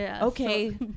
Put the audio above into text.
Okay